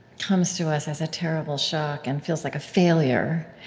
comes to us as a terrible shock and feels like a failure.